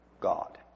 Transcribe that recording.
God